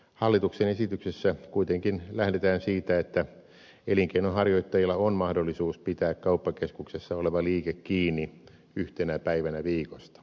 hallituksen esityksessä kuitenkin lähdetään siitä että elinkeinonharjoittajilla on mahdollisuus pitää kauppakeskuksessa oleva liike kiinni yhtenä päivänä viikossa